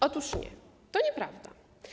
Otóż nie, to nieprawda.